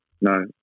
no